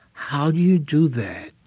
how do you do that?